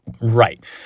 Right